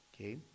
Okay